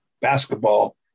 basketball